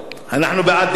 אנחנו בעד דמוקרטיה,